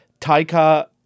Taika